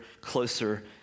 closer